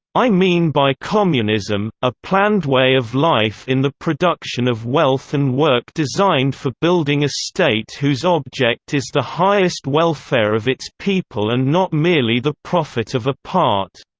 i mean by communism, a planned way of life in the production of wealth and work designed for building a state whose object is the highest welfare of its people and not merely the profit of a part.